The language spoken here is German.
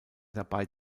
dabei